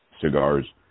cigars